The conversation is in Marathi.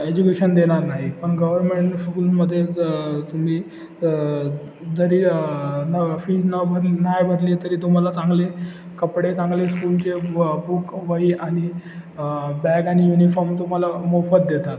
एज्युकेशन देणार नाही पण गव्हर्मेंट स्कूलमध्ये ज तुम्ही जरी न फीज न भर नाही भरली तरी तुम्हाला चांगले कपडे चांगले स्कूलचे ब बुक वही आणि बॅग आणि युनिफॉर्म तुम्हाला मोफत देतात